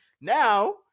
Now